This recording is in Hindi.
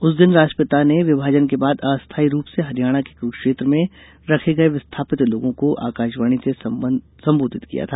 उस दिन राष्ट्रपिता ने विमाजन के बाद अस्थायी रूप से हरियाणा के क्रुक्षेत्र में रखे गए विस्थापित लोगों को आकाशवाणी से संबोधित किया था